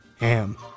ham